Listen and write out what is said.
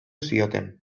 zioten